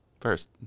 First